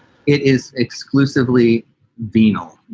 it is exclusively venal.